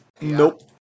Nope